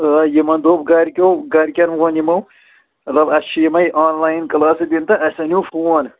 آ یِمَن دوٚپ گَرکیو گَرِکٮ۪ن ووٚن یِمو مطلب اَسہِ چھِ یِمَے آن لایِن کٕلاسہٕ دِنۍ تہٕ اَسہِ أنِو فون